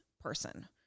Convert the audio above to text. person